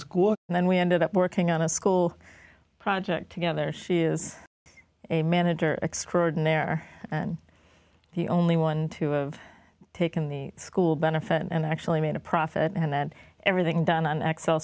school and then we ended up working on a school project together she is a manager extraordinary and he only won two of taken the school benefit and i actually made a profit and then everything done on